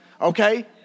Okay